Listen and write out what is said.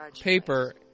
paper